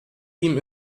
ihm